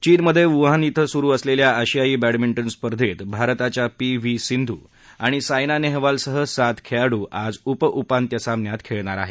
चीनमधे वुहान क्रि सुरु असलेल्या आशियाई बँडमिंटन स्पर्धेत भारताच्या पी व्ही सिंधू आणि सायना नेहवालसह सात खेळाडू आज उप उपांत्यसामन्यात खेळणार आहेत